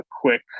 quick